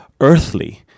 earthly